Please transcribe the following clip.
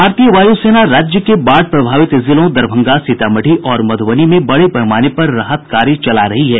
भारतीय वायू सेना राज्य के बाढ़ प्रभावित जिलों दरभंगा सीतामढ़ी और मध्रबनी में बड़े पैमाने पर राहत कार्य चला रही है